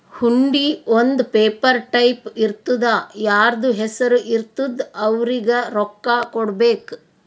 ಹುಂಡಿ ಒಂದ್ paper type ಇರ್ತುದಾ ಯಾರ್ದು ಹೆಸರು ಇರ್ತುದ್ ಅವ್ರಿಗ ರೊಕ್ಕಾ ಕೊಡ್ಬೇಕ್